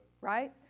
right